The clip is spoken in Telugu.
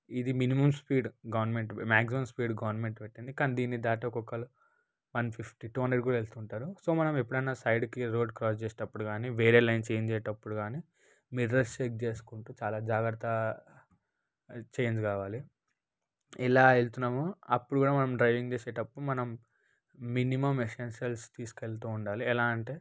ఇది minimum speed government maximum speed government పెట్టింది కానీ దీన్ని దాటి ఒక్కొక్కరు వన్ ఫిఫ్టీ టూ హండ్రెడ్ కూడా వెళ్తుంటారు సో మనం ఎప్పుడన్నా సైడ్కి రోడ్డు క్రాస్ చేసేటప్పుడు కానీ వేరే లైన్ చేంజ్ అయ్యేటప్పుడు కానీ మీటర్ చెక్ చేసుకుంటూ చాలా జాగ్రత్తగా చేంజ్ కావాలి ఎలా వెళ్తున్నామో మనం అప్పుడు కూడా మనం డ్రైవింగ్ చేసేటప్పుడు మనం మినిమం ఎసెన్షియల్స్ తీసుకెళ్తూ ఉండాలి ఎలా అంటే